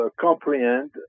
comprehend